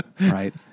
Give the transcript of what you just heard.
Right